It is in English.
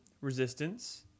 Resistance